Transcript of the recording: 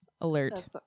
alert